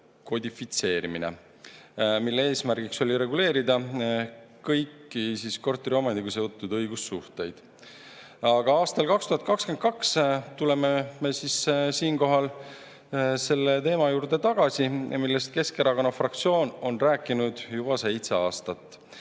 kodifitseerimine, mille eesmärk oli reguleerida kõiki korteriomandiga seotud õigussuhteid. Aga aastal 2022 tulime me tagasi selle teema juurde, millest Keskerakonna fraktsioon on rääkinud juba seitse aastat.